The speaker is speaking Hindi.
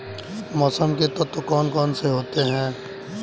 मौसम के तत्व कौन कौन से होते हैं?